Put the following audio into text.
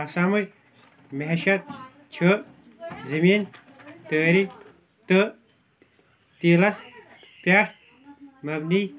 آسامٕچ معیشت چھِ زٔمیٖن دٲری تہٕ تیٖلس پٮ۪ٹھ مبنی